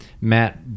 Matt